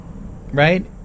right